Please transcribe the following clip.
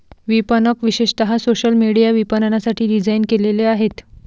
विपणक विशेषतः social media विपणनासाठी डिझाइन केलेले आहेत